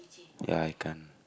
ya I can't